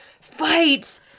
fight